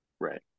Right